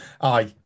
Aye